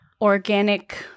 Organic